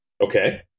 Okay